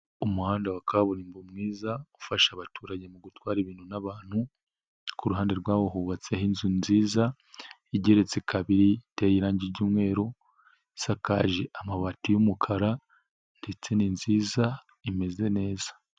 Umuhanda wa kaburimbo mwiza ufasha abaturage mu gutwara ibintu n'abantu, ku ruhande rwawo hubatseho inzu nziza igeretse kabiri, iteye irange ry'umweru, isakaje amabati y'umukara ndetse ni nziza imeze neza.